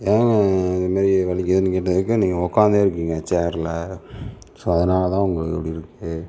ஏங்க இந்த மாதிரி வலிக்கிதுன்னு கேட்டதுக்கு நீங்கள் உட்காந்தே இருக்கிங்க சேர்ல ஸோ அதனால தான் உங்களுக்கு இப்படி இருக்குது